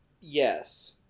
Yes